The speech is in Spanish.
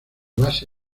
base